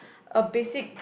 a basic